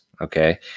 Okay